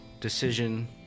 decision